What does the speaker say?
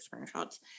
screenshots